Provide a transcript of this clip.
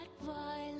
violent